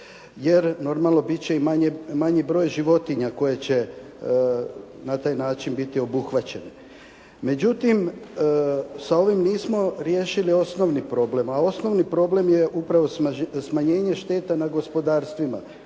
jer normalno bit će i manji broj životinja koje će na taj način biti obuhvaćane. Međutim, sa ovim nismo riješili osnovni problem, a osnovni problem je upravo smanjenje šteta na gospodarstvima